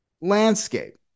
landscape